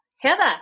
Heather